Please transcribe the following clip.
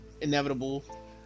inevitable